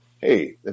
Hey